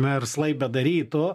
verslai bedarytų